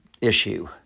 issue